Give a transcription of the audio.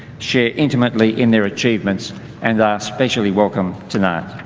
share intimately in their achievements and are especially welcome tonight.